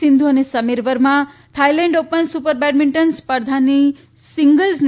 સિંધુ અને Sameer Verma Thailand open super badminton સ્પર્ધામાં singles ની